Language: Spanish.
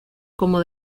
como